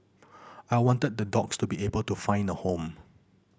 I wanted the dogs to be able to find a home